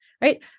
right